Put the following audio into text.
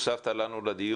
הוספת לנו לדיון.